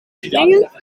springen